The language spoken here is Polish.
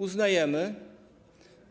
Uznajemy,